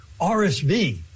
RSV